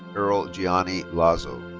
errol gianni lazo.